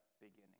beginning